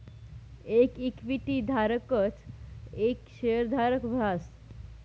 येक इक्विटी धारकच येक शेयरधारक रहास